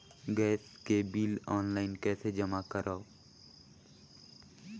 Gas के bill online कइसे जमा करव?